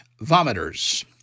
vomiters